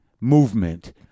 movement